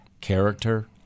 character